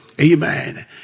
amen